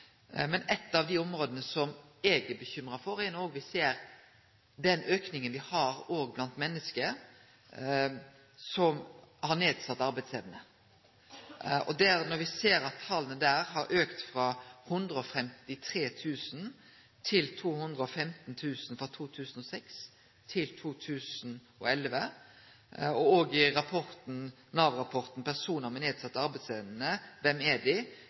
men eitt av dei områda som eg er bekymra for, er den auken me har blant menneske med nedsett arbeidsevne. Me ser at tala har auka frå 153 000 til 215 000 frå 2006 til 2011, og Nav-rapporten Personer med nedsatt arbeidsevne – Hvem er de?, påpeiker nettopp òg dette, men samtidig har tiltaksnivået for denne gruppa gått ned dei